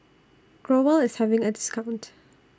Growell IS having A discount